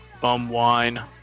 Bumwine